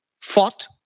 Fought